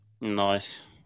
Nice